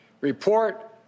report